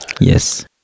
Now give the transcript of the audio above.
yes